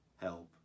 help